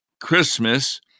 Christmas